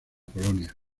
colonia